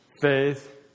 faith